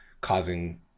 causing